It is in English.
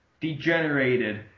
degenerated